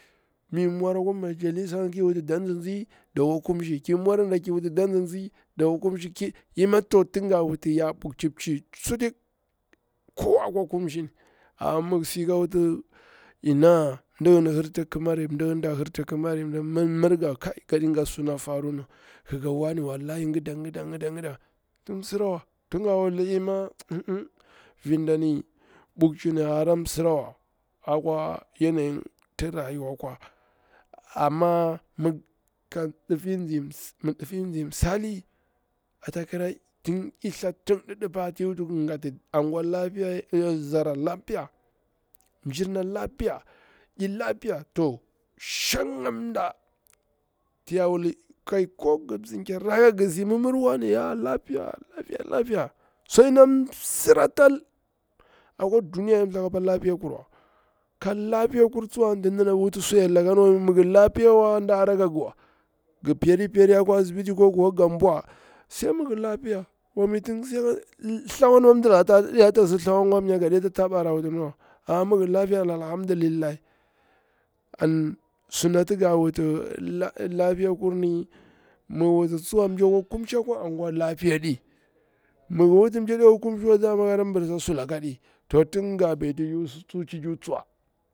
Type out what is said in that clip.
Mi i mwar akwa mgalisa ki wuti da nzinzi da kwa kumshi, ki murara da ki wuti nda nzin zi dakwa kumshi, imi to ye bukchi mdi sutik akwa kumshin kowa akwa kumshin ni. Amma mi gi, si ko wuti ina mdi gim hir ti kimari, mdi gini hir ti kimari, mitimira nga kai goɗi gatti shna farum, ngi nga wane wallahi kida kida tin msirawa tin ga wuti inna nggin vindani bukchin a hera msirawa. Akwa yanyi ti rayuwa kwa amma mi difi nzi msali, mi i thati tun didipa ka geti anguwa lapiya zara lapiya, mjirna lapiya, i lapiya to shangang mɗa ko ngi mzir ker ca rimwiri wane lapiya lapiya to soɗina msira akwa duniya na ngini apa lapiya ƙarwa, ka lapiya kur tsuwa anti dana wuti suyar laka mi, mi wa mi ngi lapiya wa da hora ka giwa, gi peri periyar ajwa asibi kjo kuwa naga bwa sani mi gi lafiya miwa tin thlawar ni ma madilaka taɗe si thlawari wa kamnya godiya tabara wutini wa, mi ngi lafiya ni alhamdulillah, an sunati ga wuti lafi ya kurni, mi gi wuti tsuwa da kwa kumshi akwa anguwa to lapiya kur ni aɗi, mi gi wuti ɗa ɗi kwa kumshi wa tsuwa to kara bursa sulaka aɗi, to tin ga beti yusu.